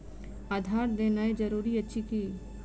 आधार देनाय जरूरी अछि की?